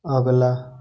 अगला